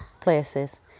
places